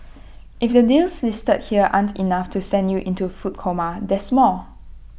if the deals listed here still aren't enough to send you into A food coma there's more